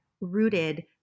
rooted